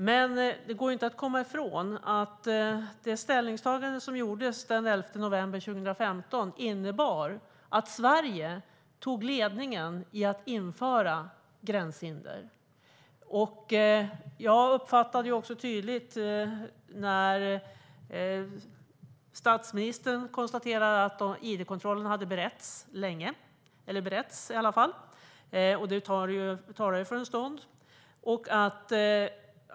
Det går dock inte att komma ifrån att det ställningstagande som gjordes den 11 november 2015 innebar att Sverige tog ledningen i att införa gränshinder. Jag uppfattade också tydligt att statsministern konstaterade att id-kontrollerna hade beretts länge - eller i alla fall beretts, vilket ju tar en stund.